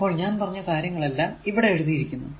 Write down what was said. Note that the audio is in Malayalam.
അപ്പോൾ ഞാൻ പറഞ്ഞ കാര്യങ്ങൾ എല്ലാം ഇവിടെ എഴുതിയിരിക്കുന്നു